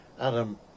Adam